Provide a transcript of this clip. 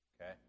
okay